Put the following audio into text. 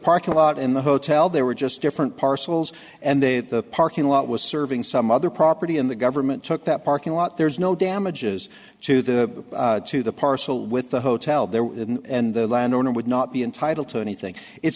parking lot in the hotel there were just different parcels and they the parking lot was serving some other property in the government took that parking lot there's no damages to the to the parcel with the hotel there and the landowner would not be entitled to anything it's